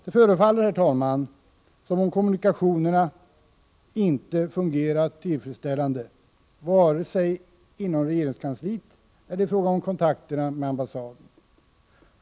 Det förefaller, herr talman, som om kommunikationerna inte fungerat tillfredsställande vare sig inom regeringskansliet eller i fråga om kontakterna med ambassaden.